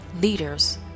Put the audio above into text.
leaders